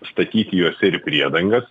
statyti juose ir priedangas